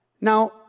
Now